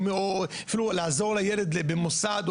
שלום בית או אפילו לעזור לילד במוסד,